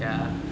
ya